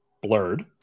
blurred